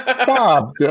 Stop